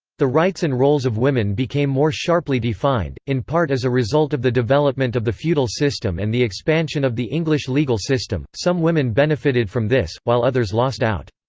the rights and roles of women became more sharply defined, in part as a result of the development of the feudal system and the expansion of the english legal system some women benefited from this, while others lost out.